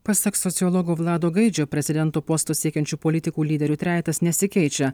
pasak sociologo vlado gaidžio prezidento posto siekiančių politikų lyderių trejetas nesikeičia